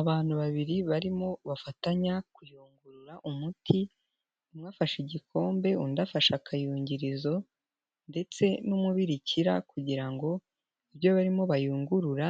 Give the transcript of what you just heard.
Abantu babiri barimo bafatanya kuyungurura umuti umwe afashe igikombe undi afashe akayungirizo, ndetse n'umubirikira kugira ngo ibyo barimo bayungurura